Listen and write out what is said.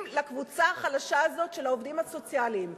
לקבוצה החלשה הזאת של העובדים הסוציאליים.